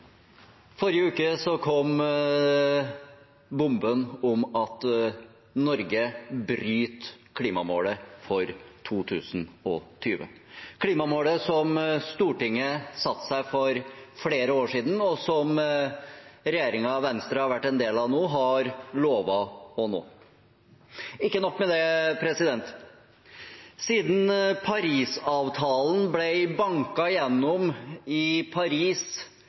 Forrige uke kom bomben om at Norge bryter klimamålet for 2020 – klimamålet som Stortinget satte seg for flere år siden, og som regjeringen som Venstre har vært en del av nå, har lovet å nå. Ikke nok med det – siden Parisavtalen ble banket gjennom i Paris